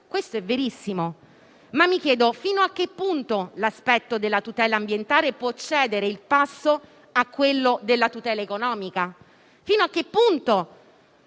Questo è verissimo, ma mi chiedo fino a che punto l'aspetto della tutela ambientale possa cedere il passo a quello della tutela economica; fino a che punto